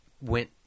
went